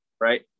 right